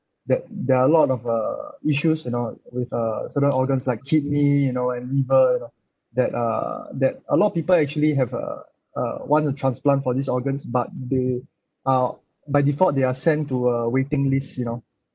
that there are a lot of uh issues you know with uh certain organs like kidney you know and liver you know that uh that a lot of people actually have uh uh want to transplant for these organs but they are by default they are sent to a waiting list you know